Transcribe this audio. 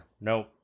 Nope